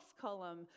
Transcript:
column